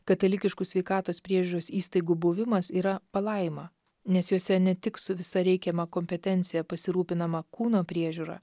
katalikiškų sveikatos priežiūros įstaigų buvimas yra palaima nes jose ne tik su visa reikiama kompetencija pasirūpinama kūno priežiūra